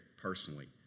personally